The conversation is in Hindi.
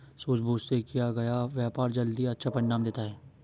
सूझबूझ से किया गया व्यापार जल्द ही अच्छा परिणाम देता है